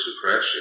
suppression